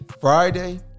Friday